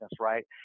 right